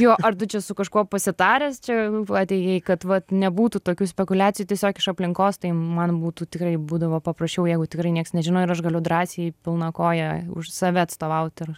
jo ar tu čia su kažkuo pasitaręs čia atėjai kad vat nebūtų tokių spekuliacijų tiesiog iš aplinkos tai man būtų tikrai būdavo paprasčiau jeigu tikrai nieks nežino ir aš galiu drąsiai pilna koja už save atstovaut ir